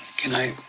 can i